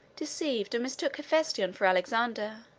deceived, and mistook hephaestion for alexander,